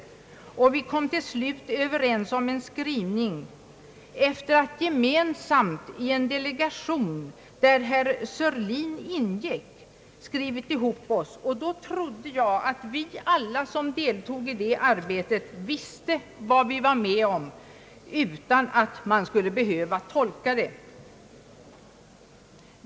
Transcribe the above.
Till slut kom vi överens om en skrivning. Herr Sörlin var med i den delegation där vi kunde skriva ihop oss, och då trodde jag att vi alla som deltog i det arbetet visste vad vi var med om, utan att man skulle behöva tolka det.